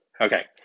Okay